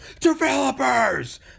Developers